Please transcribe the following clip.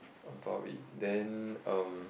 on top of it then um